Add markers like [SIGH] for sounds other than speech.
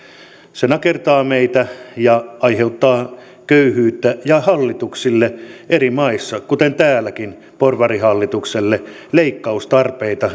se nakertaa meitä ja aiheuttaa köyhyyttä hallituksille eri maissa kuten täälläkin porvarihallitukselle leikkaustarpeita [UNINTELLIGIBLE]